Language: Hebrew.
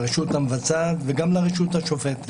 לרשות המבצעת וגם לרשות השופטת.